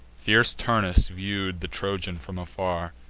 fierce turnus view'd the trojan from afar,